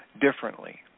differently